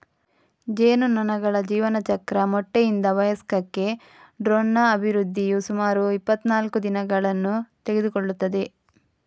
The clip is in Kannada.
ಜೇನುನೊಣಗಳ ಜೀವನಚಕ್ರ ಮೊಟ್ಟೆಯಿಂದ ವಯಸ್ಕಕ್ಕೆ ಡ್ರೋನ್ನ ಅಭಿವೃದ್ಧಿಯು ಸುಮಾರು ಇಪ್ಪತ್ತನಾಲ್ಕು ದಿನಗಳನ್ನು ತೆಗೆದುಕೊಳ್ಳುತ್ತದೆ